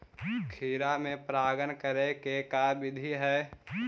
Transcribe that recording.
खिरा मे परागण करे के का बिधि है?